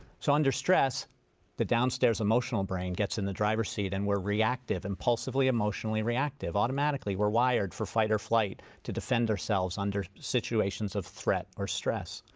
so under stress the downstairs emotional brain gets in the driver's seat and we're reactive, impulsively emotionally reactive. automatically we're wired for fight or flight to defend ourselves under situations of threat or stress.